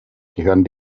gehören